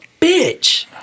bitch